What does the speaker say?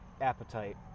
appetite